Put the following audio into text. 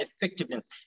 effectiveness